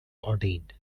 ordained